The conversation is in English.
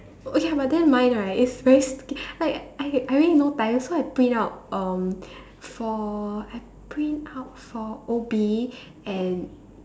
okay ah but then mine right is very stupid like I I already no time so I print out um for I print out for O B and